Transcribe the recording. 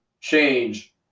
change